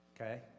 okay